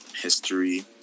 history